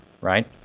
right